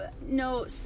no